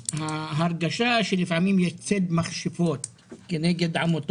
ההרגשה שלפעמים מתבצע צייד מכשפות כנגד עמותות,